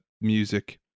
music